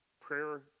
prayer